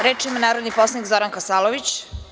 Reč ima narodni poslanik Zoran Kasalović.